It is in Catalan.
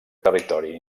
territori